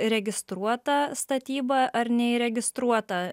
registruota statyba ar neįregistruota